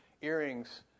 earrings